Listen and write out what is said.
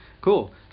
Cool